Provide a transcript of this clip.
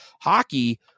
hockey